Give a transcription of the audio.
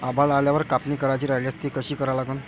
आभाळ आल्यावर कापनी करायची राह्यल्यास ती कशी करा लागन?